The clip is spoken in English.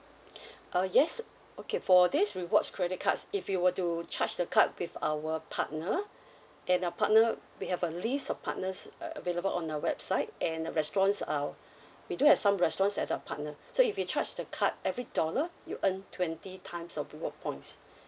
uh yes okay for this rewards credit cards if you were to charge the card with our partner and the partner we have a list of partners uh available on our website and the restaurants our we do have some restaurants at the partner so if you charge the card every dollar you earn twenty times of reward points